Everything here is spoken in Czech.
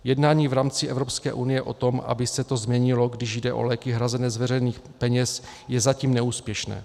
Jednání v rámci Evropské unie o tom, aby se to změnilo, když jde o léky hrazené z veřejných peněz, je zatím neúspěšné.